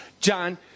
John –